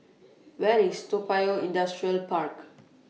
Where IS Toa Payoh Industrial Park